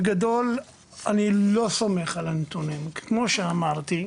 בגדול אני לא סומך על הנתונים כי כמו שאמרתי,